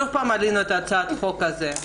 שוב העלינו את הצעת החוק הזו.